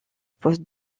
poste